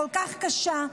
כל כך קשה,